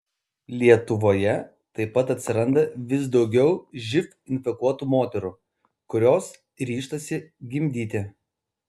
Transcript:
lietuvoje taip pat atsiranda vis daugiau živ infekuotų moterų kurios ryžtasi gimdyti